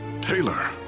Taylor